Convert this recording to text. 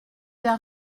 d’un